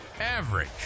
average